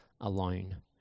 alone